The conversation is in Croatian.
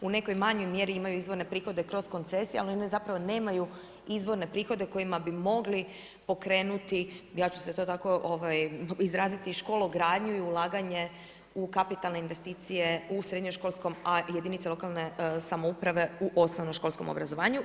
U nekoj manjoj mjeri imaju izvorne prihode kroz koncesije ali one zapravo nemaju izvorne prihode kojima bi mogli pokrenuti, ja ću se to tako izraziti školo gradnju i ulaganje u kapitalne investicije u srednjoškolskom a jedinice lokalne samouprave u osnovno školskom obrazovanju.